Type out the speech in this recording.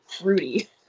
fruity